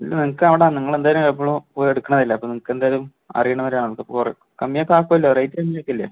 ഇല്ല നിങ്ങൾക്ക് ആകുംട നിങ്ങളെന്തായാലും എപ്പളും പോയി എടുക്കുന്നത് അല്ലേ അപ്പോൾ നിങ്ങൾക്കെന്തായാലും അറിയുന്ന പോലെയാണല്ലോ പോവാറ് കമ്മിയൊക്കെയാക്കുവല്ലോ റേറ്റിതൊക്കെയല്ലേ